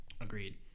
Agreed